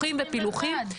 נכנסים